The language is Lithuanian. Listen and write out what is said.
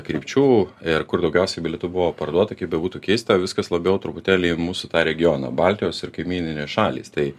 krypčių ir kur daugiausia bilietų buvo parduota kaip bebūtų keista viskas labiau truputėlį mūsų tą regioną baltijos ir kaimyninės šalys tai